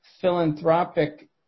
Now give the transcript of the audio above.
philanthropic